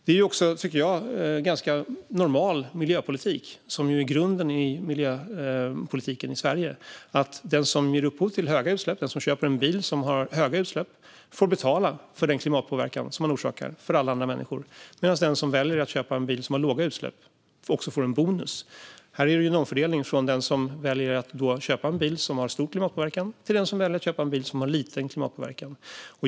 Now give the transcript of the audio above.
Det är ganska normal miljöpolitik - en del av grunden i miljöpolitiken i Sverige - att de som ger upphov till höga utsläpp genom att köpa bilar med höga utsläpp får betala för den klimatpåverkan de orsakar för alla andra människor, medan de som väljer att köpa bilar med låga utsläpp får en bonus. Därmed sker det en omfördelning från dem som väljer att köpa bilar som har stor klimatpåverkan till dem som väljer att köpa bilar som har liten klimatpåverkan.